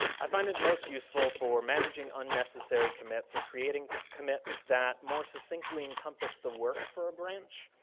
i find it most useful for managing unnecessary commits or creating commits that more succinctly encompass the work for a branch,